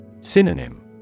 Synonym